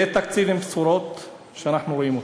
זה תקציב עם בשורות שאנחנו רואים.